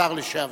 השר לשעבר.